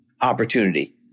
opportunity